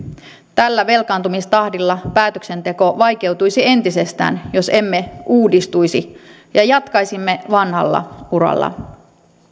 tällä velkaantumistahdilla päätöksenteko vaikeutuisi entisestään jos emme uudistuisi ja jatkaisimme vanhalla uralla